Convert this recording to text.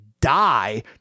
die